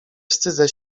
wstydzę